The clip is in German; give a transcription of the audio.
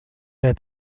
der